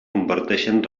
comparteixen